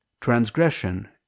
Transgression